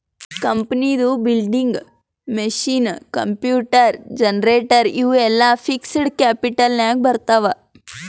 ಕಂಪನಿದು building, machine, computer, generator ಇವು ಎಲ್ಲಾ ಫಿಕ್ಸಡ್ ಕ್ಯಾಪಿಟಲ್ ನಾಗ್ ಬರ್ತಾವ್